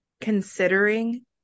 considering